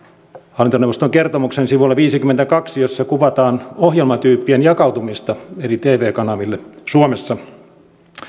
hallintoneuvoston kertomuksen sivulla viisikymmentäkaksi jossa kuvataan ohjelmatyyppien jakautumista eri tv kanaville suomessa